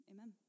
Amen